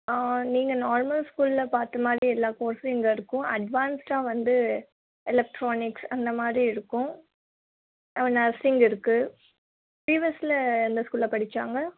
நீங்கள் நார்மல் ஸ்கூலில் பார்த்த மாதிரியே எல்லா கோர்ஸ்ஸும் இங்கே இருக்கும் அட்வான்ஸ்டாக வந்து எலெக்ட்ரானிக்ஸ் அந்தமாதிரி இருக்கும் நர்ஸிங் இருக்குது ப்ரீவியஸ் இயரில் எந்த ஸ்கூலில் படித்தாங்க